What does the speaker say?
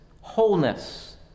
wholeness